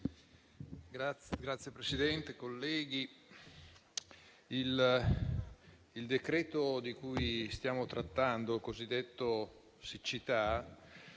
Signor Presidente, colleghi, il decreto-legge di cui stiamo trattando, cosiddetto siccità,